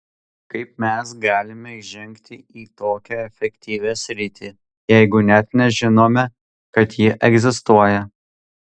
kaip mes galime įžengti į tokią efektyvią sritį jeigu net nežinome kad ji egzistuoja